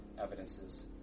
evidences